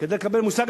כדי לקבל מושג,